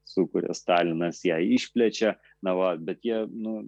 sukuria stalinas ją išplečia na va bet jie nu